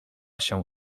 się